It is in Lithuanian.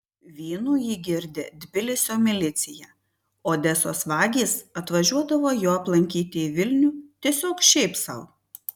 vynu jį girdė tbilisio milicija odesos vagys atvažiuodavo jo aplankyti į vilnių tiesiog šiaip sau